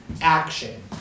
action